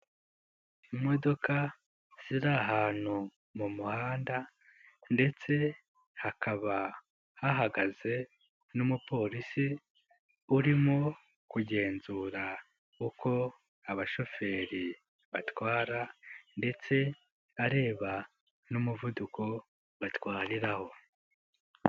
Imodoka ziri ahantu mu muhanda ndetse hakaba hahagaze n'umupolisi, urimo kugenzura uko abashoferi batwara ndetse areba n'umuvuduko batwariraraho.